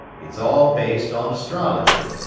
it's all based on astrology.